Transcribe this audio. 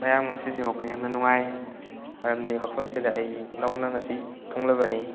ꯃꯌꯥꯝ ꯉꯁꯤꯁꯦ ꯋꯥꯈꯜ ꯌꯥꯝꯅ ꯅꯨꯡꯉꯥꯏ ꯃꯔꯝꯗꯤ ꯃꯐꯝꯁꯤꯗ ꯑꯩ ꯅꯧꯅ ꯉꯁꯤ ꯊꯨꯡꯂꯕꯅꯤ